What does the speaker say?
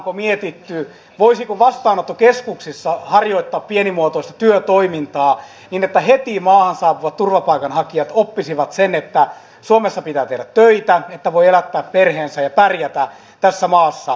ollaanko mietitty voisiko vastaanottokeskuksissa harjoittaa pienimuotoista työtoimintaa niin että heti maahan saapuvat turvapaikanhakijat oppisivat sen että suomessa pitää tehdä töitä että voi elättää perheensä ja pärjätä tässä maassa